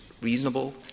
reasonable